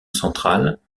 centrale